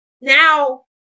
now